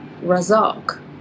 Razak